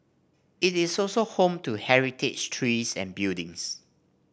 it is also home to heritage trees and buildings